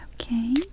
okay